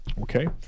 Okay